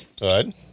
Good